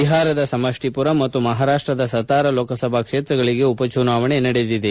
ಬಿಹಾರದ ಸಮಷ್ಟಿಪುರ ಮತ್ತು ಮಹಾರಾಷ್ಟದ ಸತಾರಾ ಲೋಕಸಭಾ ಕ್ಷೇತ್ರಗಳಿಗೆ ಉಪ ಚುನಾವಣೆ ನಡೆದಿದೆ